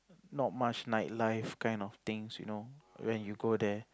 not much night life kind of things you know when you go there